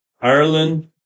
Ireland